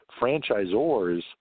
Franchisors